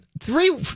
three